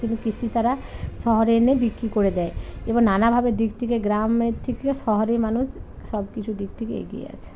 কিন্তু কৃষি তারা শহরে এনে বিক্রি করে দেয় এবং নানাভাবে দিক থেকে গ্রামের থেকে শহরের মানুষ সব কিছু দিক থেকে এগিয়ে আছে